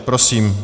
Prosím.